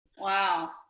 Wow